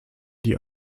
die